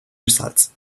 results